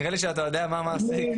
נראה לי שאתה יודע מה מעסיק אותנו,